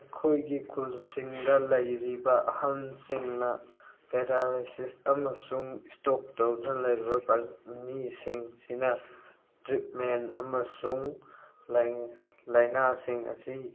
ꯑꯩꯈꯣꯏꯒꯤ ꯈꯨꯜꯁꯤꯡꯗ ꯂꯩꯔꯤꯕ ꯑꯍꯜꯁꯤꯡꯅ ꯄꯦꯔꯥꯂꯥꯏꯁꯤꯁ ꯑꯃꯁꯨꯡ ꯏꯁꯇ꯭ꯔꯦꯛ ꯇꯧꯗꯨꯅ ꯂꯩꯔꯤꯕ ꯃꯤꯁꯤꯡꯁꯤꯅ ꯇ꯭ꯔꯤꯠꯃꯦꯟ ꯑꯃꯁꯨꯡ ꯂꯥꯏꯅꯥꯁꯤꯡ ꯑꯁꯤ